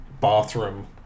bathroom